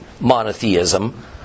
monotheism